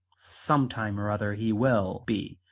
sometime or other he will be,